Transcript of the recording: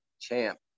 champ